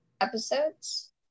episodes